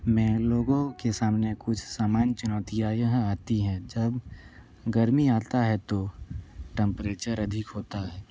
में लोगों के सामने कुछ समान चुनौतियाँ यह आती है जब गर्मी आता है तो टेम्परेचर अधिक होता है